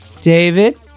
David